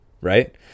right